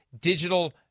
digital